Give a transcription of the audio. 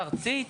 במועצה הארצית,